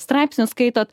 straipsnius skaitot